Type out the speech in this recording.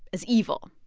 as evil.